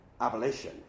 abolition